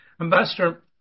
Ambassador